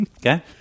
Okay